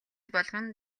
болгон